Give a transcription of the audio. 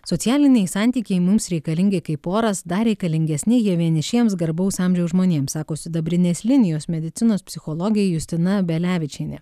socialiniai santykiai mums reikalingi kaip oras dar reikalingesni jie vienišiems garbaus amžiaus žmonėms sako sidabrinės linijos medicinos psichologė justina belevičienė